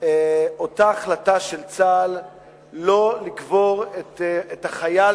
על אותה החלטה של צה"ל שלא לקבור את החייל